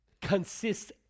consists